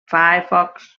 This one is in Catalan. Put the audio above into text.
firefox